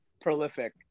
prolific